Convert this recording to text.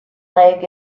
leg